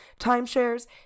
timeshares